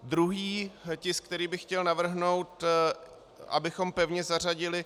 Druhý tisk, který bych chtěl navrhnout, abychom pevně zařadili, je 837.